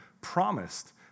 promised